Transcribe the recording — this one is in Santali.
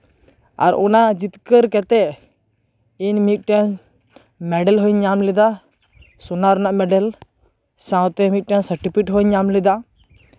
ᱟᱨ ᱚᱱᱟ ᱡᱤᱛᱠᱟᱹᱨ ᱠᱟᱛᱮᱫ ᱤᱧ ᱢᱤᱫᱴᱮᱱ ᱢᱮᱰᱮᱞ ᱦᱚᱸᱧ ᱧᱟᱢ ᱞᱮᱫᱟ ᱥᱳᱱᱟ ᱨᱮᱱᱟᱜ ᱢᱮᱰᱮᱞ ᱥᱟᱶᱛᱮ ᱢᱤᱫᱴᱮᱱ ᱥᱟᱨᱴᱚᱯᱷᱤᱠᱮᱴ ᱦᱚᱸᱧ ᱧᱟᱢ ᱞᱮᱫᱟ